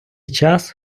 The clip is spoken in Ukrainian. час